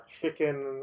chicken